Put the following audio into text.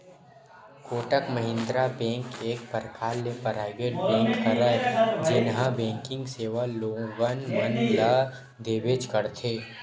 Kotak Mahindra bank एक परकार ले पराइवेट बेंक हरय जेनहा बेंकिग सेवा लोगन मन ल देबेंच करथे